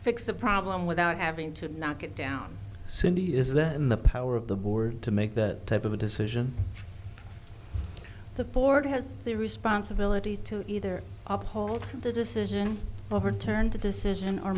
fix the problem without having to knock it down cindy is the power of the board to make the type of a decision the board has the responsibility to either up hold the decision overturned the decision or